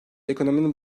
ekonominin